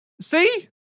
See